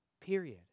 Period